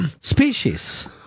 species